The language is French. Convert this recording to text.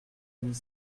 huit